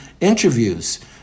interviews